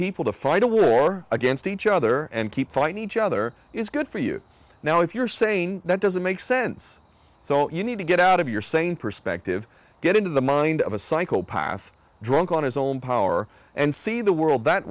people to fight a war against each other and keep fighting each other is good for you now if you're saying that doesn't make sense so you need to get out of your sane perspective get into the mind of a psychopath drunk on his own power and see the world that